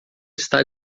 está